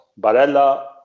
barella